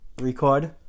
record